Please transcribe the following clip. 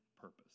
purpose